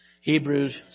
Hebrews